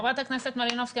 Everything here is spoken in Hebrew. חברת הכנסת מלינובסקי,